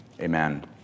Amen